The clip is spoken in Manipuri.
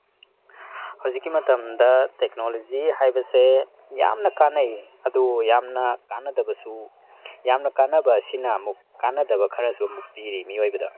ꯍꯧꯖꯤꯛꯀꯤ ꯃꯇꯝꯗ ꯇꯦꯛꯅꯣꯂꯣꯖꯤ ꯍꯥꯏꯕꯁꯦ ꯌꯥꯝꯅ ꯀꯥꯟꯅꯩ ꯑꯗꯨꯕꯨ ꯌꯥꯝꯅ ꯀꯥꯟꯅꯗꯕꯁꯨ ꯌꯥꯝꯅ ꯀꯥꯟꯅꯕ ꯑꯁꯤꯅ ꯑꯃꯨꯛ ꯀꯥꯟꯅꯗꯕ ꯈꯔꯁꯨ ꯑꯃꯨꯛ ꯄꯤꯔꯤ ꯃꯤꯑꯣꯏꯕꯗ